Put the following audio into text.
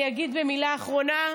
אני אגיד מילה אחרונה: